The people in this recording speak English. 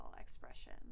expression